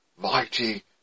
mighty